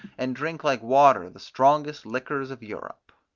and drink like water the strongest liquors of europe.